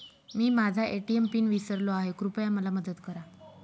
मी माझा ATM PIN विसरलो आहे, कृपया मला मदत करा